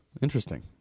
Interesting